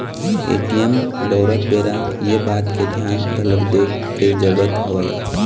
ATM बउरत बेरा ये बात के धियान घलोक दे के जरुरत हवय